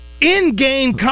in-game